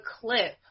clip